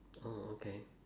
oh okay